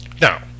Now